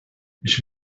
ich